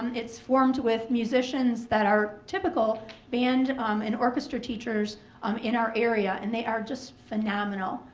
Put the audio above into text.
it's formed with musicians that are typical band and orchestra teachers um in our area and they are just phenomenal.